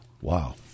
Wow